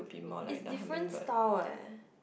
is different style eh